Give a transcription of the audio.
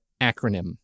acronym